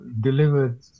delivered